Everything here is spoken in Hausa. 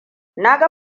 ga